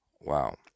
Wow